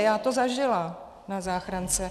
Já to zažila na záchrance.